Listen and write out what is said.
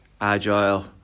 agile